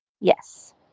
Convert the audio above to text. yes